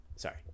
Sorry